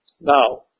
Now